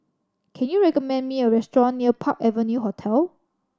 can you recommend me a restaurant near Park Avenue Hotel